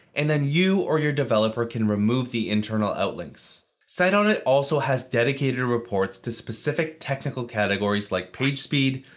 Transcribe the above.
and then you or your developer can remove the internal outlinks. site audit also has dedicated reports to specific technical categories like page speed,